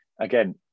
again